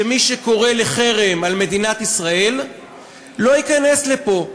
שמי שקורא לחרם על מדינת ישראל לא ייכנס לפה.